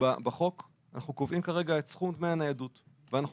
אנחנו כרגע קובעים את סכום דמי הניידות ואנחנו